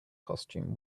costume